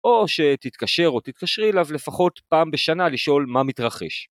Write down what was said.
או שתתקשר או תתקשרי אליו לפחות פעם בשנה לשאול מה מתרחש.